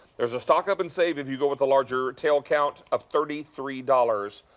there's stock up and save if you go with the larger tail count of thirty three dollars.